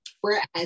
whereas